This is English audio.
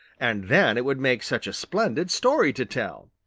and then it would make such a splendid story to tell,